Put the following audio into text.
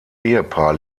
ehepaar